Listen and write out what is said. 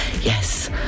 Yes